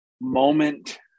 moment